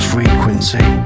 Frequency